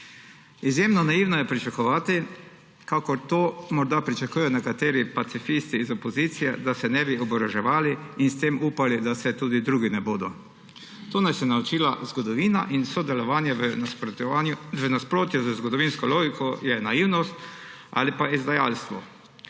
Izjemno naivno je pričakovati, kakor to morda pričakujejo nekateri pacifisti iz opozicije, da se ne bi oboroževali in s tem upali, da se tudi drugi ne bodo. To nas je naučila zgodovina in sodelovanje v nasprotju z zgodovinsko logiko je naivnost ali pa izdajalstvo.